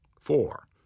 Four